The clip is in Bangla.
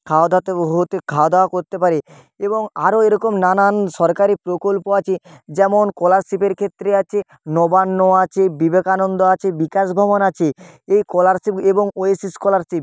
খাওয়াদাওয়া তো হতে খাওয়াদওয়া করতে পারে এবং আরও এরকম নানান সরকারি প্রকল্প আছে যেমন স্কলারশিপের ক্ষেত্রে আছে নবান্ন আছে বিবেকানন্দ আছে বিকাশ ভবন আছে এই স্কলারশিপ এবং ওয়েসিস স্কলারশিপ